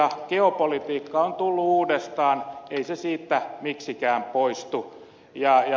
geopolitiikka on tullut uudestaan ei se siitä miksikään poistu